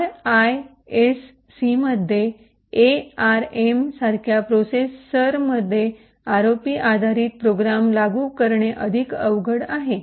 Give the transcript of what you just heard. आरआयएससीमध्ये ARM सारख्या प्रोसेसरमध्ये ROP आधारित प्रोग्राम लागू करणे अधिक अवघड आहे